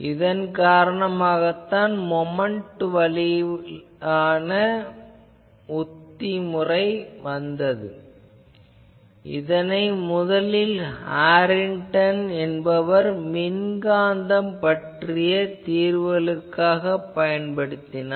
இதன் காரணமாகத்தான் இந்த மொமென்ட் வழியிலான உத்தி வந்தது இதனை முதலில் ஹாரின்டன் என்பவர் மின்காந்தம் பற்றிய தீர்வுகளுக்குப் பயன்படுத்தினார்